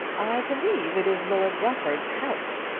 i believe it is lord rufford's house,